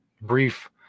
brief